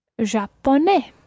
Japonais